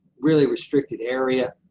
really restricted area.